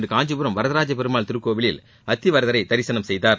இன்று காஞ்சிபுரம் வரதராஜ பெருமாள் திருக்கோவிலில் அத்திவரதரை தரிசனம் செய்தார்